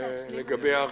לגבי ההרחבה.